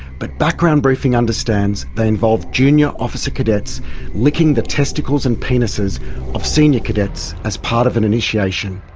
but background briefing understands they involve junior officer cadets licking the testicles and penises of senior cadets as part of an initiation.